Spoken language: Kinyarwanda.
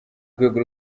rwego